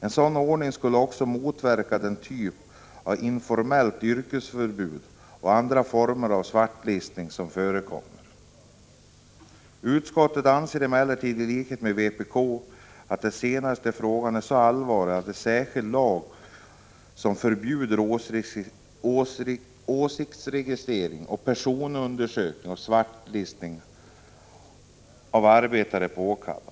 En sådan ordning skulle också motverka den typ av informella yrkesförbud och andra former av svartlistning som förekommer. Utskottet anser emellertid i likhet med vpk att den senaste frågan är så allvarlig att en särskild lag som förbjuder åsiktsregistrering, personundersökning och svart listning av arbetare är påkallad. Prot.